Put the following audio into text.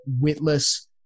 witless